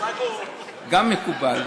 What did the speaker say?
גם מקובל.